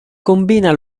combina